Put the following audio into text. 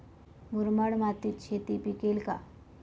मुरमाड मातीत शेती पिकेल का?